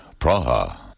Praha